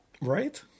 Right